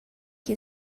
que